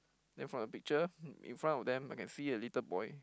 then from the picture in front of them I can see a little boy